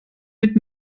mit